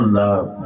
love